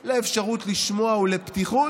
לאפשרות לשמוע ולפתיחות,